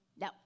No